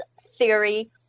theory